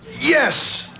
Yes